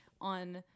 on –